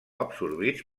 absorbits